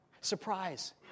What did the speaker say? Surprise